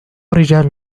رجال